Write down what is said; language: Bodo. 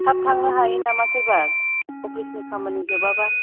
थाब थांनो हायो नामा सोरबा अफिसनि खामानि जोबा बा